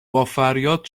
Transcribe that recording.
بافریاد